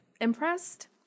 Impressed